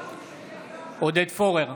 עודד פורר,